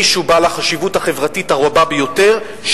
שהוא בעל החשיבות החברתית הרבה ביותר,